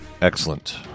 Excellent